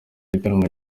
igitaramo